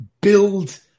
build